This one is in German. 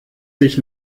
sich